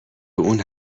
اون